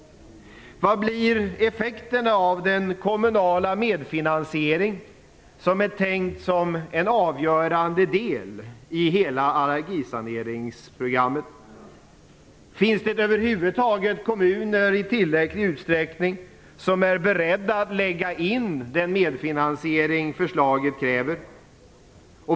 Vad blir effekterna av den kommunala medfinansiering som är tänkt som en avgörande del i hela allergisaneringsprogrammet? Finns det över huvud taget kommuner i tillräcklig utsträckning som är beredda att lägga in den medfinansiering förslaget kräver?